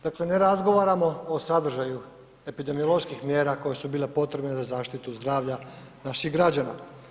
Dakle, ne razgovaramo o sadržaju epidemioloških mjera koje su bile potrebne za zaštitu zdravlja naših građana.